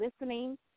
listening